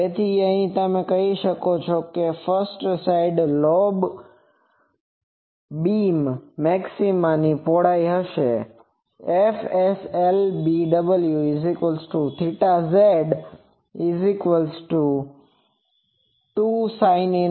તેથી અહીંથી તમે કહી શકો છો કે ફસ્ટ સાઈડ લોબ બીમ ની પહોળાઈ હશે જે FSLBW2s2sin 11